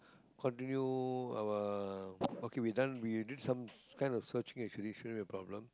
continue our okay we done we already did some kind of searching actually shouldn't have a problem